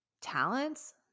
talents